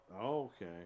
Okay